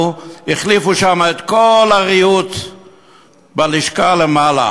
החליפו שם את כל הריהוט בלשכה למעלה,